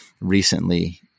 recently